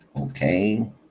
Okay